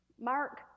Mark